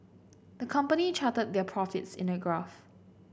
the company charted their profits in a graph